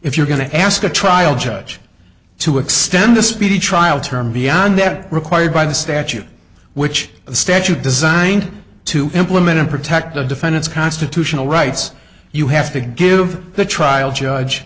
if you're going to ask a trial judge to extend the speedy trial term beyond that required by the statute which the statute designed to implement and protect the defendant's constitutional rights you have to give the trial judge